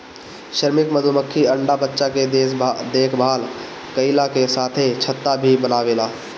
श्रमिक मधुमक्खी अंडा बच्चा के देखभाल कईला के साथे छत्ता भी बनावेले